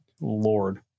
lord